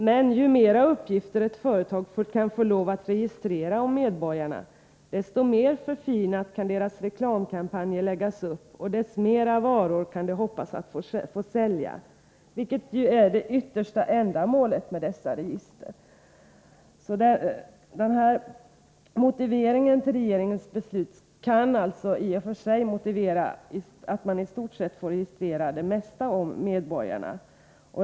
Men ju mer uppgifter ett företag kan få lov att registrera om medborgarna, desto mer förfinat kan dess reklamkampanjer läggas upp och desto mer varor kan det hoppas att få sälja — vilket ju är det yttersta ändamålet med dessa register. Denna motivering till regeringens beslut kan alltså i och för sig ge skäl till att man i stort sett får registrera det mesta om medborgarna.